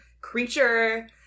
creature